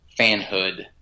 fanhood